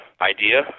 idea